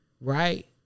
right